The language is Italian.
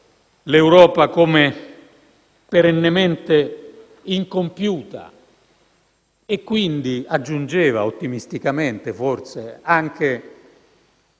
l'Europa come perennemente incompiuta e quindi - aggiungeva, forse ottimisticamente - anche